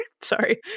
sorry